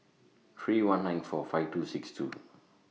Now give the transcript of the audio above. three one nine four five two six two